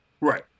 Right